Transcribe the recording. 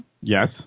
Yes